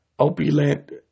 opulent